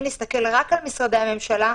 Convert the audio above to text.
אם נסתכל רק על משרדי הממשלה,